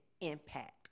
impact